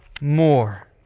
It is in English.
more